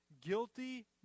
guilty